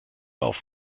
auf